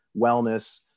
wellness